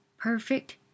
perfect